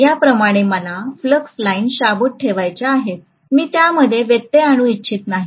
या प्रमाणे मला फ्लक्स लाइन शाबूत ठेवायच्या आहेत मी त्यामध्ये व्यत्यय आणू इच्छित नाही